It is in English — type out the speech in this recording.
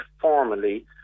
formally